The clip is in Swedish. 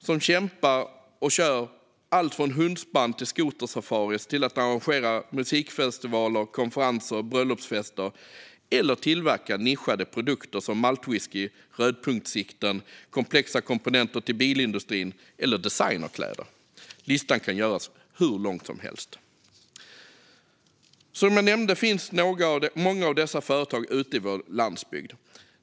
De kämpar och gör allt från att köra hundspann och skotersafaris till att arrangera musikfestivaler, konferenser och bröllopsfester eller tillverka nischade produkter som maltwhisky, rödpunktssikten, komplexa komponenter till bilindustrin eller designerkläder. Listan kan göras hur lång som helst. Som jag nämnde finns många av dessa företag ute i vår landsbygd.